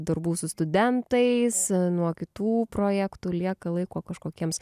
darbų su studentais nuo kitų projektų lieka laiko kažkokiems